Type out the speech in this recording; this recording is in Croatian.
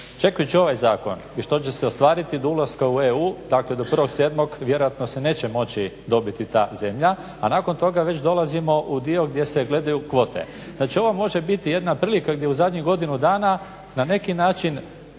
čekajući ovaj zakon i što će se ostvariti do ulaska u EU, dakle do 1.7. vjerojatno se neće dobiti ta zemlja, a nakon toga već dolazimo u dio gdje se gledaju kvote. Znači ovo može biti jedna prilika gdje u zadnjih godinu dana na neki način